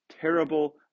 terrible